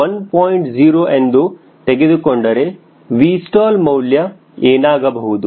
0 ಎಂದು ತೆಗೆದುಕೊಂಡರೆ Vstall ಮೌಲ್ಯ ಏನಾಗಬಹುದು